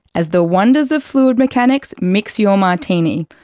as the wonders of fluid mechanics mix your martini.